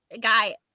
guy